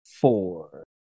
four